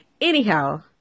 Anyhow